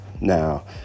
Now